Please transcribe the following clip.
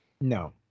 No